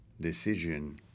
decision